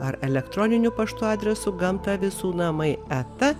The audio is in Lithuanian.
ar elektroniniu paštu adresu gamta visų namai eta